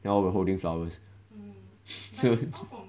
all holding flowers so